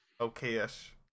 okay-ish